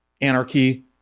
anarchy